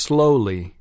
Slowly